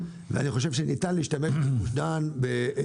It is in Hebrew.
ואני חושב שניתן להשתמש בגוש דן בתחבורה ציבורית.